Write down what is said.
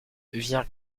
viens